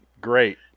Great